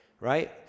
right